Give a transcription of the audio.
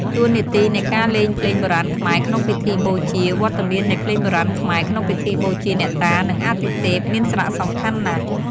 តួនាទីនៃការលេងភ្លេងបុរាណខ្មែរក្នុងពិធីបូជា វត្តមាននៃភ្លេងបុរាណខ្មែរក្នុងពិធីបូជាអ្នកតា និងអាទិទេព មានសារៈសំខាន់ណាស់។